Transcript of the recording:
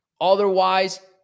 Otherwise